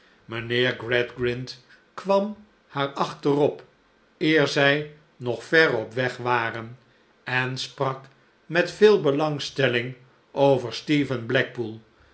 mijnheer gradgrind kwam haar achterop eer zij nog ver op weg waren en sprak met veel belangstelling over stephen blackpool